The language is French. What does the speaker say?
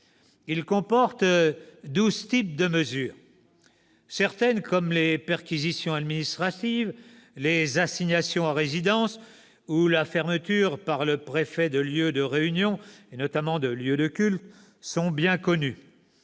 Il comporte douze types de mesures. Certaines, comme les perquisitions administratives, les assignations à résidence ou la fermeture par le préfet de lieux de réunion, notamment de lieux de culte, sont bien connues.